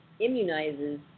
immunizes